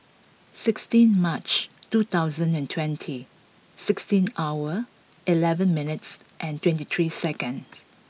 sixteen March two thousand and twenty sixteen hour eleven minutes and twenty three seconds